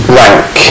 rank